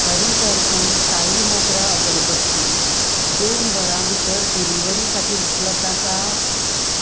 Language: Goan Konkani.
हरी दर्शन साई मोगरा अगरबत्ती दोन वरां भितर डिलिव्हरी खातीर उपलब्ध आसा